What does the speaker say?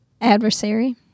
Adversary